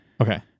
Okay